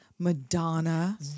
Madonna